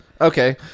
Okay